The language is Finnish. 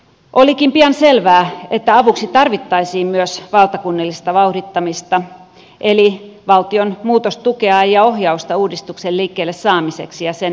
olikin pian selvää että avuksi tarvittaisiin myös valtakunnallista vauhdittamista eli valtion muutostukea ja ohjausta uudistuksen liikkeelle saamiseksi ja sen ylläpitämiseksi